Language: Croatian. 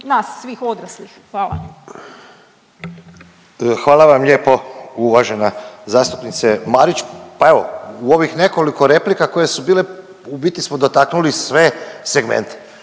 Goran (HDZ)** Hvala vam lijepo uvažena zastupnice Marić, pa evo u ovih nekoliko replika koje su bile u biti smo dotaknuli sve segmente.